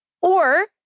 or-